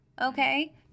okay